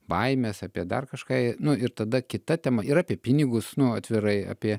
baimes apie dar kažką i nu ir tada kita tema ir apie pinigus nu atvirai apie